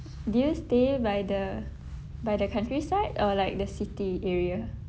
do you stay by the by the countryside or like the city area